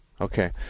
Okay